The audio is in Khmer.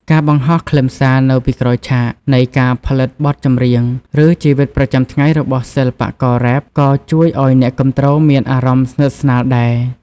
ការបង្ហោះខ្លឹមសារនៅពីក្រោយឆាក នៃការផលិតបទចម្រៀង ឬជីវិតប្រចាំថ្ងៃរបស់សិល្បកររ៉េប ក៏ជួយឲ្យអ្នកគាំទ្រមានអារម្មណ៍ស្និទ្ធស្នាលដែរ។